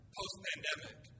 post-pandemic